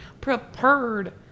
Prepared